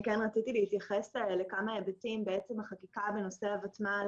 רציתי להתייחס לכמה היבטים בעצם החקיקה בנושא הוותמ"ל